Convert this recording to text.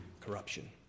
corruption